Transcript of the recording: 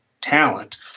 talent